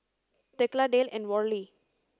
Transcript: Thekla Dale and Worley